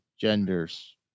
genders